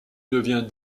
devient